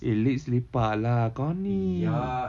eh leps lepak lah kau ni